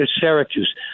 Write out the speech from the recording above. Syracuse